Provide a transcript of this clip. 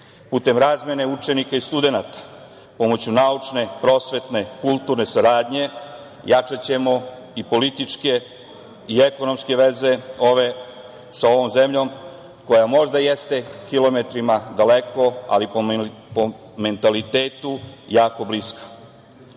putem razmene učenika i studenata, pomoću naučne, prosvetne, kulturne saradnje, jačaćemo i političke i ekonomske veze sa ovom zemljom koja možda jeste kilometrima daleko, ali po mentalitetu jako bliska. Meksiko